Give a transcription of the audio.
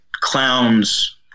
clowns